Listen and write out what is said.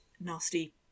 nasty